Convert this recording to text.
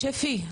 שפי.